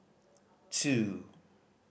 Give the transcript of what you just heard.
two